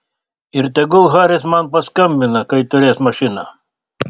ir tegul haris man paskambina kai turės mašiną